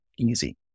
easy